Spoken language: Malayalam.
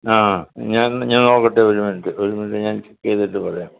ആ ഞാനൊന്ന് ഞാൻ നോക്കട്ടെ ഒരു മിനിറ്റ് ഒരു മിനിറ്റ് ഞാൻ ചെയ്തിട്ട് പറയാം